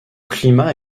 climat